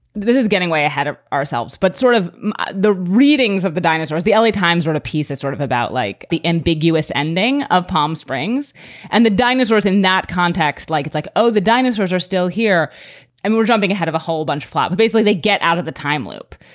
this is getting way ahead of ourselves, but sort of the readings of the dinosaurs. the l a. times ran a piece and sort of about like the ambiguous ending of palm springs and the dinosaurs in that context, like like, oh, the dinosaurs are still here and we're jumping ahead of a whole bunch of flat. but basically, they get out of the time loop.